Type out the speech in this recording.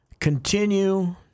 continue